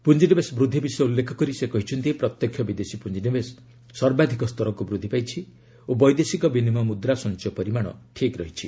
ପୁଞ୍ଜିନିବେଶ ବୃଦ୍ଧି ବିଷୟ ଉଲ୍ଲେଖ କରି ସେ କହିଛନ୍ତି ପ୍ରତ୍ୟକ୍ଷ ବିଦେଶୀ ପୁଞ୍ଜିନିବେଶ ସର୍ବାଧିକ ସ୍ତରକୁ ବୃଦ୍ଧି ପାଇଛି ଓ ବୈଦେଶିକ ବିନିମୟ ମୁଦ୍ରା ସଞ୍ଚୟ ପରିମାଣ ଠିକ୍ ରହିଛି